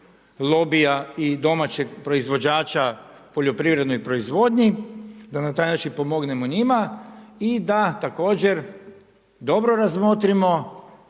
lobija i domaćeg proizvođača poljoprivrednoj proizvodnji da na taj način pomognemo njima. I da također dobro razmotrimo